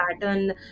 pattern